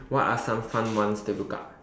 what are some fun ones to look up